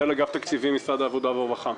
מנהל אגף התקציבים במשרד העבודה והרווחה.